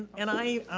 and i,